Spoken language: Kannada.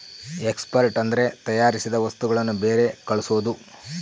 ಎಕ್ಸ್ಪೋರ್ಟ್ ಅಂದ್ರೆ ತಯಾರಿಸಿದ ವಸ್ತುಗಳನ್ನು ಬೇರೆ ಕಳ್ಸೋದು